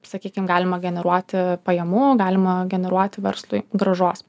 sakykim galima generuoti pajamų galima generuoti verslui grąžos